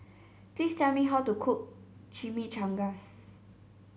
please tell me how to cook Chimichangas